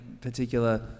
particular